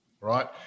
right